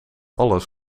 alles